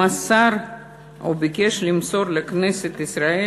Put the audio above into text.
הוא ביקש למסור לכנסת ישראל,